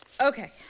Okay